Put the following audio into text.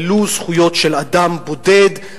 ולו זכויות של אדם בודד,